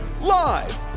Live